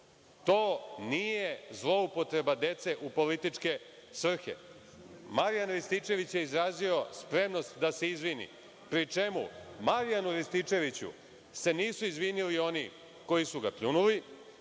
To nije zloupotreba dece u političke svrhe. Marjan Rističević je izrazio spremnost da se izvini, pri čemu Marjanu Rističeviću se nisu izvinuli oni koji su ga pljunuli.